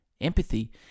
empathy